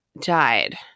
died